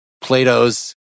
Plato's